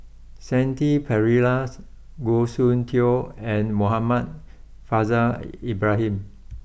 Shanti Pereiras Goh Soon Tioe and Muhammad Faishal Ibrahim